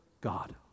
God